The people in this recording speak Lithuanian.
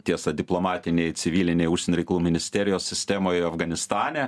tiesa diplomatiniai civiliniai užsienio reikalų ministerijos sistemoj afganistane